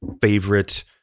favorite